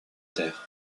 terre